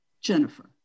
Jennifer